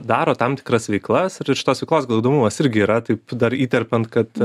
daro tam tikras veiklas ir šitos veiklos gal įdomumas irgi yra taip dar įterpiant kad